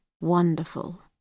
wonderful